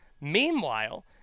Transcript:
Meanwhile